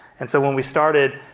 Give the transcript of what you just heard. and so when we started,